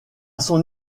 son